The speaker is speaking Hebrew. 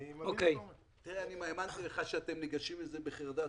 אני מאמין לך שאתם ניגשים לזה בחרדת